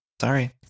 Sorry